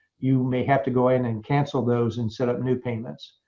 you may have to go in and cancel those and set up new payments.